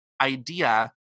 idea